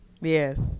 Yes